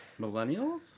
Millennials